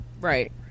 right